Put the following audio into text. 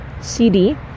CD